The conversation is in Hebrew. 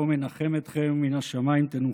המקום ינחם אתכם, מן השמיים תנוחמו.